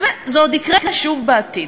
וזה יקרה שוב בעתיד.